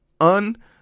Un